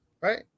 Right